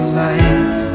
life